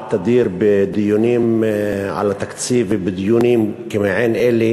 שנשמעת תדיר בדיונים על התקציב ובדיונים כעין אלה